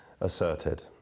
asserted